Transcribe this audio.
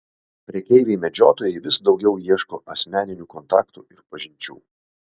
prekeiviai medžiotojai vis daugiau ieško asmeninių kontaktų ir pažinčių